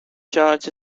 charge